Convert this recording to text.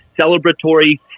celebratory